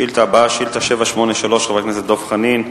השאילתא הבאה, שאילתא מס' 783, חבר הכנסת דב חנין: